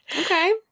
okay